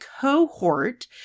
cohort